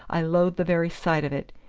i loathe the very sight of it!